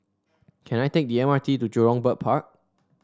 can I take the M R T to Jurong Bird Park